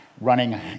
running